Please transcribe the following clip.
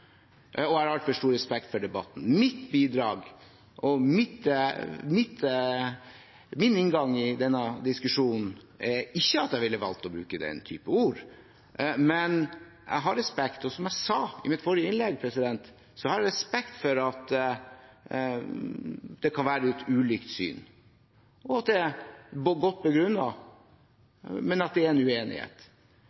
– jeg har altfor stor respekt for denne salen, og jeg har altfor stor respekt for debatten. Mitt bidrag og min inngang til denne diskusjonen er at jeg ikke hadde valgt å bruke den type ord, men som jeg sa i mitt forrige innlegg, har jeg respekt for at det kan være litt ulikt syn, og at det er godt